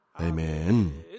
Amen